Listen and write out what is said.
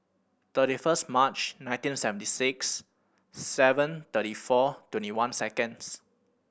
thirty first March nineteen seventy six seven thirty four twenty one seconds